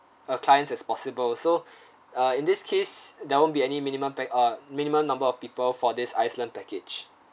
uh clients as possible so uh in this case there won't be any minimum pax uh minimum number of people for this iceland package